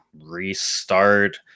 restart